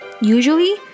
Usually